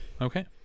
Okay